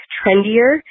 trendier